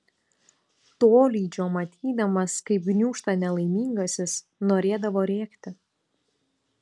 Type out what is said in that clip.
tolydžio matydamas kaip gniūžta nelaimingasis norėdavo rėkti